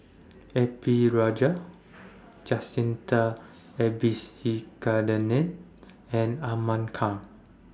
A P Rajah Jacintha and Ahmad Khan